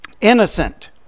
Innocent